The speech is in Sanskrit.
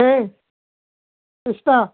शुश्ता